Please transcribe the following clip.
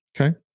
Okay